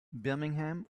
birmingham